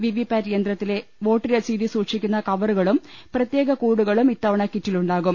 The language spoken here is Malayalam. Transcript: വിവിപാറ്റ് യന്ത്രത്തിലെ വോട്ട് രസീതി സൂക്ഷിക്കുന്ന കവറുകളും പ്രത്യേക കൂടുകളും ഇത്തവണ കിറ്റിലുണ്ടാകും